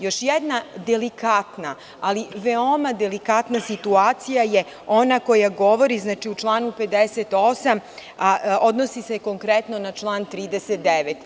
Još jedna delikatna, ali veoma delikatna situacija je ona koja govori u članu 58, a odnosi se konkretno na član 39.